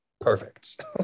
perfect